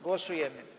Głosujemy.